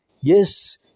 Yes